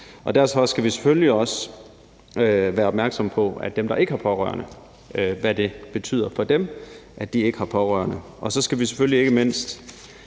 Derfor skal vi selvfølgelig også være opmærksomme på dem, der ikke har pårørende, og hvad det betyder for dem, at de ikke har pårørende. Og så skal vi selvfølgelig ikke mindst